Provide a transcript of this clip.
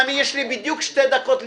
יש לי בדיוק שתי דקות להתפזר.